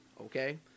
Okay